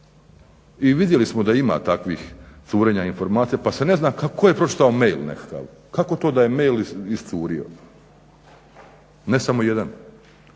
I vidjeli smo da ima takvih curenja informacija pa se ne zna tko je pročitao mail, kako to da je mail iscurio, ne samo jedan,